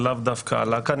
שלאו דווקא עלה כאן,